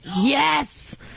Yes